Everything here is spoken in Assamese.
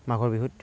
মাঘৰ বিহুত